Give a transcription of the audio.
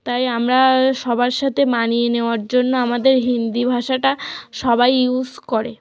তাই আমরা সবার সাথে মানিয়ে নেওয়ার জন্য আমাদের হিন্দি ভাষাটা সবাই ইউজ করে